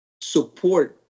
support